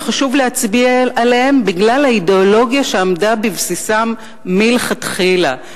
וחשוב להצביע עליהם בגלל האידיאולוגיה שעמדה בבסיסם מלכתחילה,